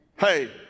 Hey